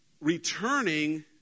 returning